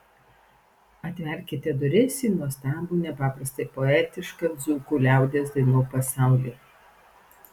atverkite duris į nuostabų nepaprastai poetišką dzūkų liaudies dainų pasaulį